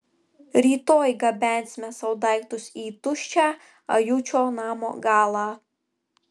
rytoj gabensime savo daiktus į tuščią ajučio namo galą